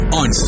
on